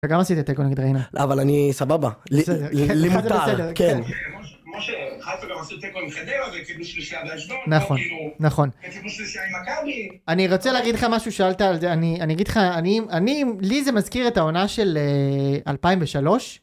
אתה גם עשית תיקו נגד ריינה .אבל אני סבבה. לי מותר. כן. משה חיפה גם עשו תיקו עם חדרה וקיבלו שלישייה באשדוד. נכון, נכון. וקיבלו שלישייה ממכבי. אני רוצה להגיד לך משהו, שאלת על זה, אני אגיד לך, אני, לי זה מזכיר את העונה של 2003.